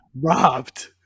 robbed